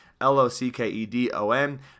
L-O-C-K-E-D-O-N